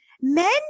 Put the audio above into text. men –